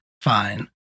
fine